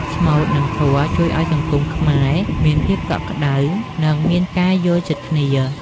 ស្មូត និងធម៌ជួយឱ្យសង្គមខ្មែរមានភាពកក់ក្ដៅ និងមានការយល់ចិត្តគ្នា។